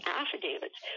affidavits